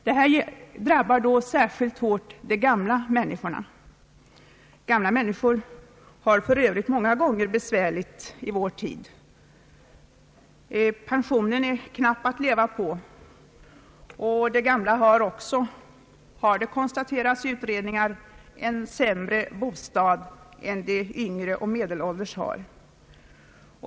Dessa förhållanden drabbar de gamla människorna särskilt hårt. Gamla har det för övrigt många gånger besvärligt i vår tid. Pensionen är knapp att leva på, och de gamla har också — det har konstaterats i utredningar — en sämre bostad än de yngre och medelålders har.